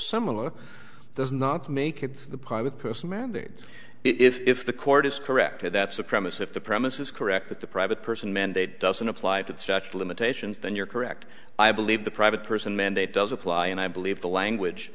similar does not make it the private person mandated if the court is correct and that's a promise if the premise is correct that the private person mandate doesn't apply to stretch limitations then you're correct i believe the private person mandate does apply and i believe the language